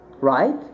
right